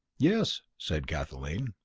yes, said kathleen.